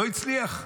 לא הצליח.